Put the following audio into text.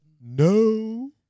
No